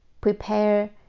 prepare